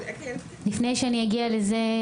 לפני שאני אגיע לזה,